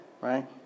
Right